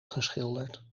geschilderd